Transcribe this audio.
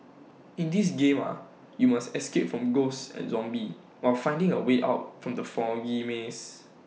in this game are you must escape from ghosts and zombies while finding A way out from the foggy maze